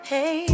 Hey